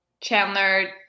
Chandler